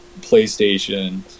PlayStation